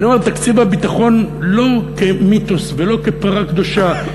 ואני אומר תקציב הביטחון לא כמיתוס ולא כפרה קדושה,